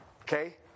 Okay